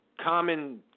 common